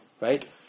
right